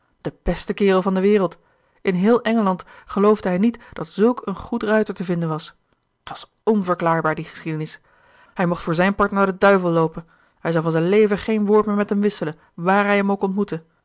de beste kerel van de wereld in heel engeland geloofde hij niet dat zulk een goed ruiter te vinden was t was onverklaarbaar die geschiedenis hij mocht voor zijn part naar den duivel loopen hij zou van zijn leven geen woord meer met hem wisselen wààr hij hem ook ontmoette